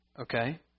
okay